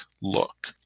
look